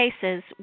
cases